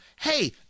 hey